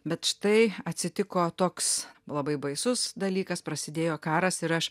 bet štai atsitiko toks labai baisus dalykas prasidėjo karas ir aš